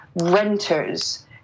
renters